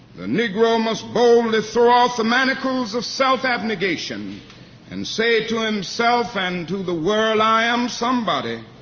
the negro must boldly throw off the manacles of self-abnegation and say to himself and to the world, i am somebody.